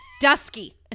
Dusky